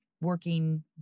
working